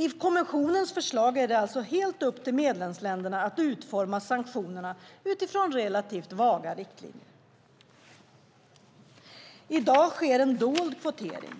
I kommissionens förslag är det alltså helt upp till medlemsländerna att utforma sanktionerna utifrån relativt vaga riktlinjer. I dag sker en dold kvotering